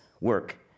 work